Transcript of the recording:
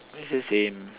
it's the same